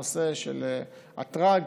בנושא הטרגי,